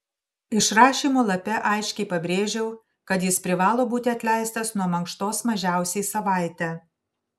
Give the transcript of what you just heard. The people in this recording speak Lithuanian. išrašymo lape aiškiai pabrėžiau kad jis privalo būti atleistas nuo mankštos mažiausiai savaitę